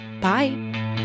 Bye